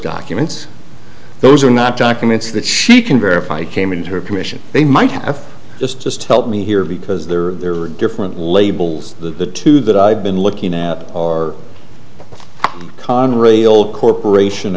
documents those are not documents that she can verify came into her commission they might have just just help me here because there are different labels the two that i've been looking at are conrail corporation